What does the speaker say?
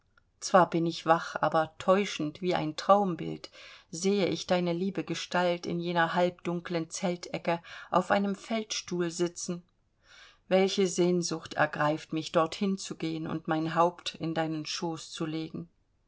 zwar bin ich wach aber täuschend wie ein traumbild sehe ich deine liebe gestalt in jener halbdunklen zeltecke auf einem feldstuhl sitzen welche sehnsucht ergreift mich dort hinzugehen und mein haupt in deinen schooß zu legen